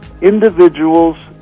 Individuals